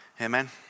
Amen